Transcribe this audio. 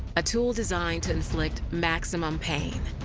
a tool designed to inflict maximum pain.